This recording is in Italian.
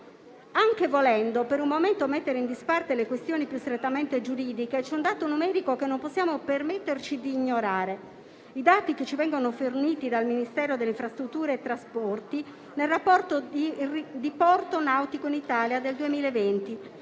Anche volendo per un momento mettere in disparte le questioni più strettamente giuridiche, c'è un dato numerico che non possiamo permetterci di ignorare. I dati che ci vengono forniti dal Ministero delle infrastrutture e dei trasporti nel rapporto «Il diporto nautico in Italia» del 2020